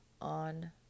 on